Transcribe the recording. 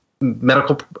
medical